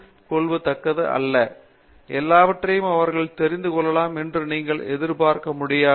பேராசிரியர் பாபு விஸ்வநாத் எல்லாவற்றையும் அவர்கள் தெரிந்து கொள்ளலாம் என்று நீங்கள் எதிர்பார்க்க முடியாது